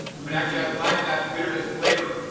but actually i like that bitterness flavor.